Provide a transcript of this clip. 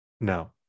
No